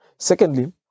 Secondly